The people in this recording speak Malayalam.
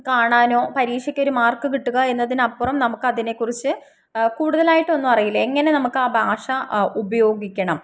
കാണാനോ പരീക്ഷയ്ക്ക് ഒരു മാർക്ക് കിട്ടുകയെന്നതിനപ്പുറം നമുക്ക് അതിനെക്കുറിച്ച് കൂടുതലായിട്ടൊന്നും അറിയില്ല എങ്ങനെ നമുക്ക് ആ ഭാഷ ഉപയോഗിക്കണം